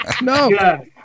No